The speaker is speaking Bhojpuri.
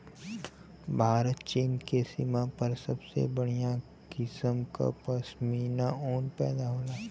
भारत चीन के सीमा पर सबसे बढ़िया किसम क पश्मीना ऊन पैदा होला